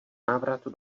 návratu